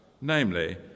namely